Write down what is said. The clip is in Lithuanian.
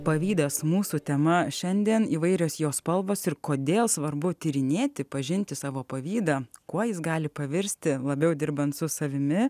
pavydas mūsų tema šiandien įvairios jos spalvos ir kodėl svarbu tyrinėti pažinti savo pavydą kuo jis gali pavirsti labiau dirbant su savimi